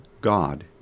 God